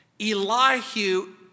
Elihu